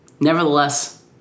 nevertheless